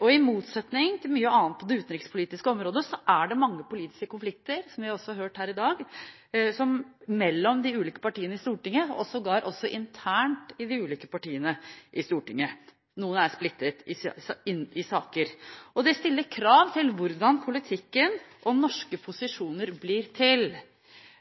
og i motsetning til når det gjelder mye annet på det utenrikspolitiske området, er det mange politiske konflikter, som vi også har hørt her i dag, mellom de ulike partiene i Stortinget, sågar internt i de ulike partiene i Stortinget. Noen er splittet i saker. Det stiller krav til hvordan politikken og norske posisjoner blir til.